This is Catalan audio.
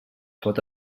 pot